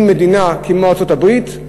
אם מדינה כמו ארצות-הברית,